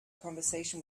conversation